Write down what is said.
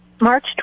March